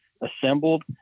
assembled